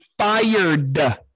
fired